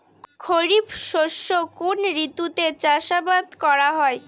খরিফ শস্য কোন ঋতুতে চাষাবাদ করা হয়?